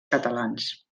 catalans